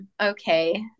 okay